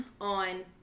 on